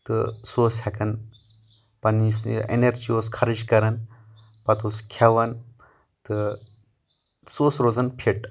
تہٕ سُہ اوس ہٮ۪کان پننس اینرجی اوس خرٕچ کران پتہٕ اوس کھٮ۪وان تہٕ سُہ اوس روزان فِٹ